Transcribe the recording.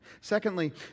Secondly